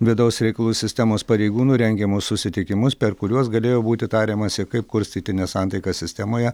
vidaus reikalų sistemos pareigūnų rengiamus susitikimus per kuriuos galėjo būti tariamasi kaip kurstyti nesantaiką sistemoje